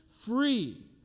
free